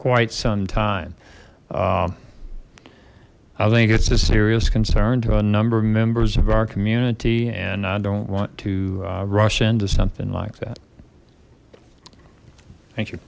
quite some time i think it's a serious concern to a number of members of our community and i don't want to rush into something like that thank you